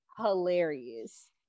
hilarious